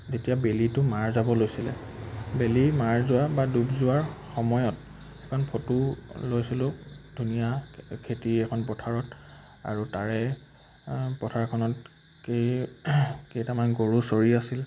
যেতিয়া বেলিটো মাৰ যাব লৈছিলে বেলি মাৰ যোৱা বা ডুব যোৱাৰ সময়ত কাৰণ ফটো লৈছিলোঁ ধুনীয়া খেতি এখন পথাৰত আৰু তাৰে পথাৰখনত কেই কেইটামান গৰু চৰি আছিল